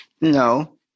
no